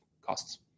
costs